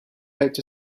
baked